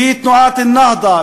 והיא תנועת "א-נהדה",